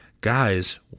guys